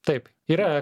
taip yra